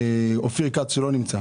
אופיר כץ שלא נמצא,